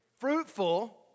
Fruitful